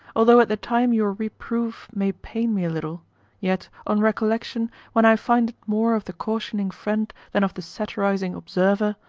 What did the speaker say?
although at the time your reproof may pain me a little yet, on recollection, when i find it more of the cautioning friend than of the satirizing observer,